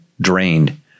drained